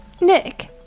Nick